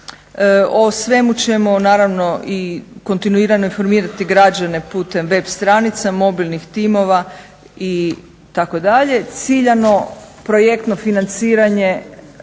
O svemu ćemo naravno i kontinuirano informirati građane putem web stranica, mobilnih timova itd. Ciljano projektno financiranje